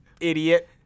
Idiot